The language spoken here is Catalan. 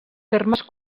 termes